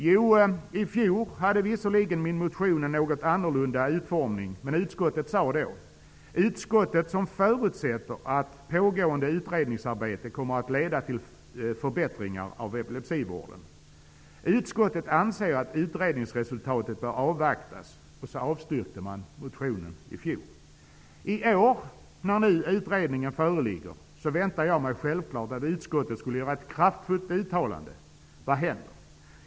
Jo, i fjol hade visserligen min motion en något annorlunda utformning, men utskottet sade då: ''Utskottet, som förutsätter att pågående utredningsarbete kommer att leda till förbättringar av epilepsivården, anser att utredningsresultatet bör avvaktas.'' Och så avstyrkte man motionen i fjol. I år, när nu utredningen föreligger, väntade jag mig självklart att utskottet skulle göra ett kraftfullt uttalande. Vad händer?